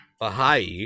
Baha'i